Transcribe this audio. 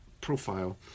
profile